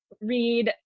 Read